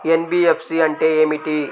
NBFC అంటే ఏమిటి?